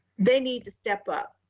they need to step up.